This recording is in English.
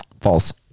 False